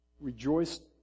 rejoiced